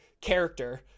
character